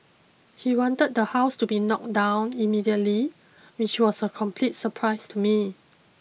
he wanted the house to be knocked down immediately which was a complete surprise to me